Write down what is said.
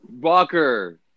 walker